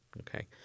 okay